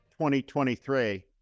2023